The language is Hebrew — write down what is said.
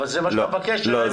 אבל זה מה שאתה מבקש עכשיו.